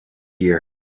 year